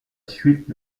suite